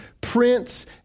Prince